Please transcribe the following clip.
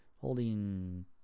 holding